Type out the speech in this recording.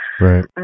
Right